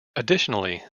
additionally